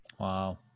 Wow